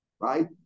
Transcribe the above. Right